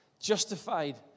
Justified